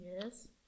yes